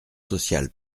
sociales